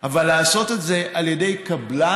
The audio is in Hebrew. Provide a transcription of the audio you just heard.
אבל לעשות את זה על ידי קבלן